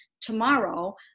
tomorrow